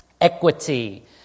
Equity